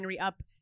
up